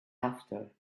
after